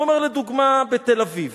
הוא אומר: לדוגמה, בתל-אביב: